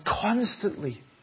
constantly